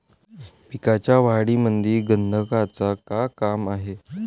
पिकाच्या वाढीमंदी गंधकाचं का काम हाये?